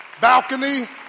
balcony